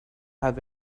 have